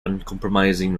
uncompromising